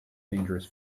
dangerous